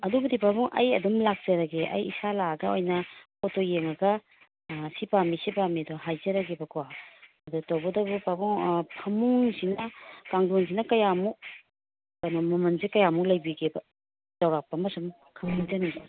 ꯑꯗꯨꯕꯨꯗꯤ ꯄꯥꯕꯨꯡ ꯑꯩ ꯑꯗꯨꯝ ꯂꯥꯛꯆꯔꯒꯦ ꯑꯩ ꯏꯁꯥ ꯂꯥꯛꯑꯒ ꯑꯣꯏꯅ ꯄꯣꯠꯇꯨ ꯌꯦꯡꯉꯒ ꯑꯥ ꯁꯤ ꯄꯥꯝꯃꯤ ꯁꯤ ꯄꯥꯝꯃꯤꯗꯣ ꯍꯥꯏꯖꯔꯒꯦꯕꯀꯣ ꯑꯗꯨ ꯇꯧꯕꯇꯕꯨ ꯄꯥꯕꯨꯡ ꯐꯃꯨꯡꯁꯤꯅ ꯀꯥꯡꯗꯣꯟꯁꯤꯅ ꯀꯌꯥꯃꯨꯛ ꯀꯩꯅꯣ ꯃꯃꯟꯁꯦ ꯀꯌꯥꯃꯨꯛ ꯂꯩꯕꯤꯒꯦꯕ ꯆꯥꯎꯔꯥꯛꯄ ꯑꯃ ꯁꯨꯝ ꯈꯪꯖꯅꯤꯡꯕ